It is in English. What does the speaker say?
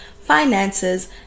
finances